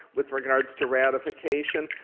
with regards to ratification,